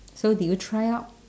so did you try out